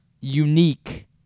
unique